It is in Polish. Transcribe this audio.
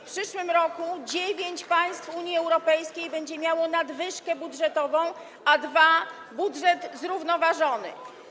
W przyszłym roku dziewięć państw Unii Europejskiej będzie miało nadwyżkę budżetową, a dwa - budżet zrównoważony.